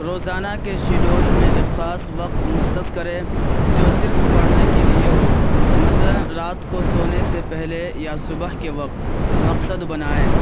روزانہ کے شیڈول میں ایک خاص وقت مختص کریں جو صرف پڑھنے کے لیے ہو مثلاً رات کو سونے سے پہلے یا صبح کے وقت مقصد بنائیں